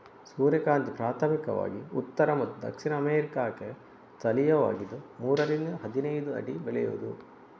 ಸೂರ್ಯಕಾಂತಿ ಪ್ರಾಥಮಿಕವಾಗಿ ಉತ್ತರ ಮತ್ತು ದಕ್ಷಿಣ ಅಮೇರಿಕಾಕ್ಕೆ ಸ್ಥಳೀಯವಾಗಿದ್ದು ಮೂರರಿಂದ ಹದಿನೈದು ಅಡಿ ಬೆಳೆಯುವುದು